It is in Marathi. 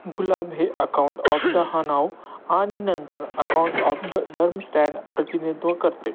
गुलाब हे अकाउंट ऑफ द हनाव आणि नंतर अकाउंट ऑफ द डर्म स्टँड प्रतिनिधित्व करते